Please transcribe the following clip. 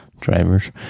drivers